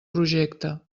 projecte